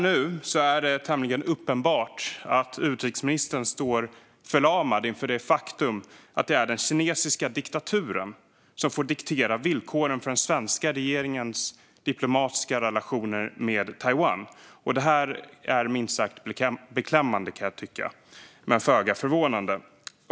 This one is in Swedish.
Nu är det tämligen uppenbart att utrikesministern står förlamad inför det faktum att det är den kinesiska diktaturen som får diktera villkoren för den svenska regeringens diplomatiska relationer med Taiwan. Det kan jag tycka är minst sagt beklämmande men föga förvånande.